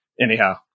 anyhow